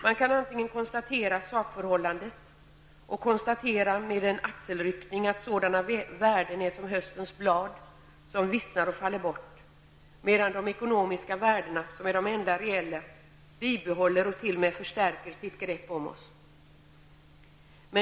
Man kan antingen konstatera sakförhållandet och säga med en axelryckning att sådana värden är som höstens blad som vissnar och faller bort, medan de ekonomiska värdena, som är de enda reella, bibehåller och t.o.m. förstärker sitt grepp om oss.